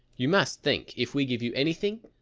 you must think, if we give you anything,